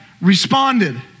responded